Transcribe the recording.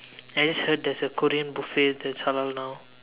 I just heard there's a Korean buffet that's halal now